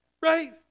right